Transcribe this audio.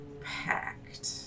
Packed